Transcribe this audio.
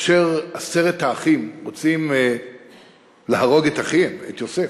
כאשר עשרת האחים רוצים להרוג את אחיהם, את יוסף,